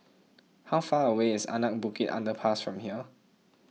how far away is Anak Bukit Underpass from here